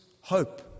hope